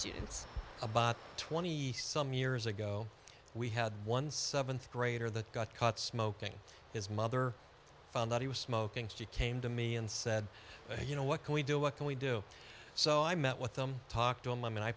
students about twenty some years ago we had one seventh grader that got caught smoking his mother found out he was smoking she came to me and said you know what can we do what can we do so i met with them talked to him